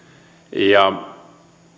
ja